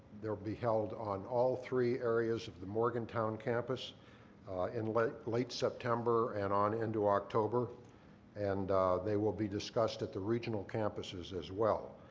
they will be held on all three areas of the morgantown campus in late late september and on into october and they will be discussed at the regional campuses as well.